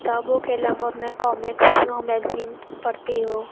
کتابوں کے علاوہ میں کامکس اور میگزین پڑھتی ہوں